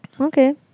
Okay